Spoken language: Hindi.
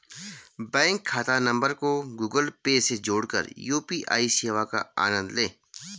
बैंक खाता नंबर को गूगल पे से जोड़कर यू.पी.आई सेवा का आनंद लें